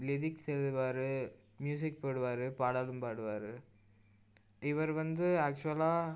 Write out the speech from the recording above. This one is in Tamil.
லிரிக்ஸ் எழுதுவாரு மியூஸிக் போடுவார் பாடலும் பாடுவாரு இவர் வந்து ஆக்சுவலாக